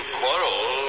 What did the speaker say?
quarrel